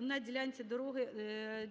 на ділянці дороги